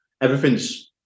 everything's